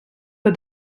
but